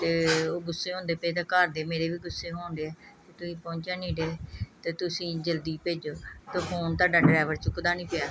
ਅਤੇ ਉਹ ਗੁੱਸੇ ਹੁੰਦੇ ਪਏ ਅਤੇ ਘਰਦੇ ਮੇਰੇ ਵੀ ਗੁੱਸੇ ਹੋਣ ਡੇ ਹੈ ਅਤੇ ਤੁਸੀਂ ਪਹੁੰਚਣ ਨਹੀਂ ਡਏ ਅਤੇ ਤੁਸੀਂ ਜਲਦੀ ਭੇਜੋ ਅਤੇ ਫੋਨ ਤੁਹਾਡਾ ਡਰੈਵਰ ਚੁੱਕਦਾ ਨਹੀਂ ਪਿਆ